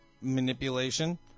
manipulation